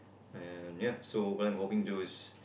and ya so what I'm hoping to is